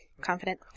confident